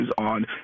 on